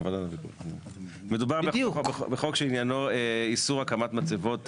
מדובר בחוק שעניינו איסור הקמת מצבות